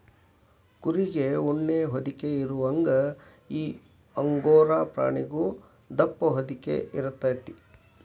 ಕುರಿಗೆ ಉಣ್ಣಿ ಹೊದಿಕೆ ಇರುವಂಗ ಈ ಅಂಗೋರಾ ಪ್ರಾಣಿಗು ದಪ್ಪ ಹೊದಿಕೆ ಇರತತಿ